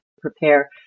Prepare